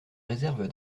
réserve